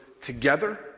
together